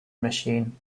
machine